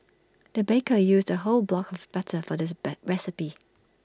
the baker used A whole block of butter for this recipe